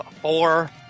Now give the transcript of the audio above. four